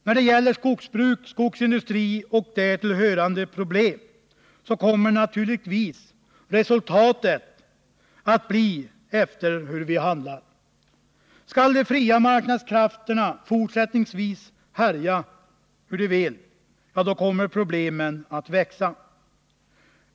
När det gäller skogsbruk, skogsindustri och därtill hörande problem, så kommer naturligtvis resultatet att bli efter hur vi handlar. Skall de fria marknadskrafterna fortsättningsvis härja hur de vill, ja, då kommer problemen att växa.